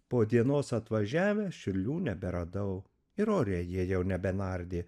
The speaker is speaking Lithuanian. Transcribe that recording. po dienos atvažiavęs čiurlių neberadau ir ore jie jau nebe nardė